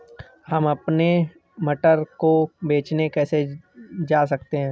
हम अपने मटर को बेचने कैसे जा सकते हैं?